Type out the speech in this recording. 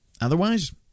Otherwise